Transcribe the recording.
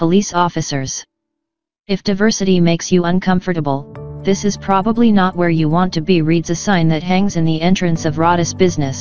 police officers if diversity makes you uncomfortable this is probably not where you want to be reads a sign that hangs in the entrance of rogers business